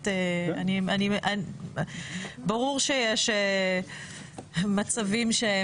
ברור שיש מצבים,